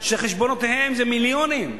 שחשבונותיהם זה מיליונים.